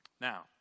Now